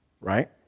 right